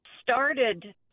started